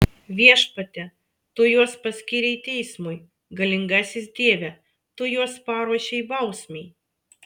viešpatie tu juos paskyrei teismui galingasis dieve tu juos paruošei bausmei